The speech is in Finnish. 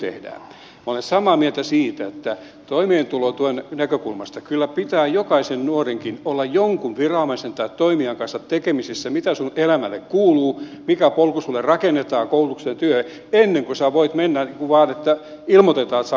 minä olen samaa mieltä siitä että toimeentulotuen näkökulmasta kyllä pitää jokaisen nuorenkin olla jonkun viranomaisen tai toimijan kanssa tekemisissä sen suhteen mitä sinun elämällesi kuuluu mikä polku sinulle rakennetaan koulutukseen ja työhön ennen kuin sinä voit mennä vain niin että ilmoitetaan saako toimeentulotukea vai eikö saa